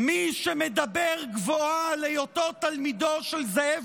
מי שמדבר גבוהה על היותו תלמידו של זאב